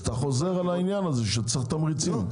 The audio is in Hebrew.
אז אתה חוזר על העניין הזה שצריך תמריצים.